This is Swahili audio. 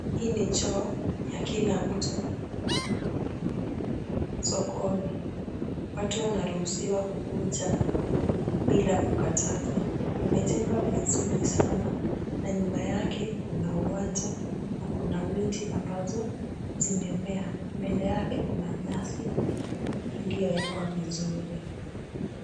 Hii ni choo ya kila mtu sokoni. Watu wanaruhusiwa kukuja bila kukatazwa. Imejengwa vizuri sana na nyuma yake kuna uwanja na kuna miti ambazo zimemea. Mbele yake kuna nyasi iliyowekwa vizuri.